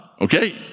okay